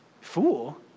Fool